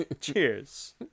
Cheers